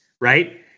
right